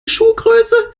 schuhgröße